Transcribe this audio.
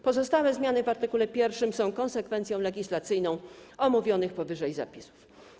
Pozostałe zmiany w art. 1 są konsekwencją legislacyjną omówionych powyżej zapisów.